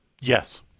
Yes